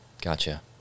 Gotcha